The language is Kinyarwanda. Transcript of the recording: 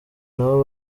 nabo